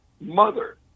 mother